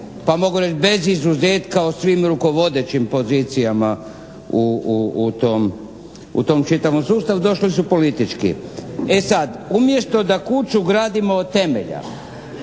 pa mogu reći bez izuzetka o svim rukovodećim pozicijama u tom čitavom sustavu, došli su politički. E sad umjesto da kuću gradimo od temelja,